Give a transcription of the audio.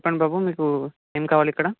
చెప్పండి బాబు మీకు ఏం కావాలిక్కడ